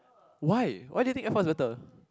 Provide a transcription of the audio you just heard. why why did you think Air-Force better